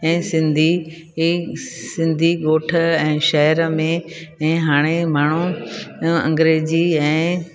ऐं सिंधी ई सिंधी ॻोठ ऐं शहर में इहे हाणे माण्हू अंग्रेजी ऐं